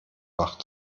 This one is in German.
wach